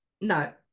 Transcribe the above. No